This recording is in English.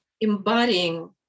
embodying